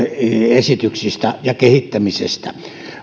esityksistä ja kehittämisestä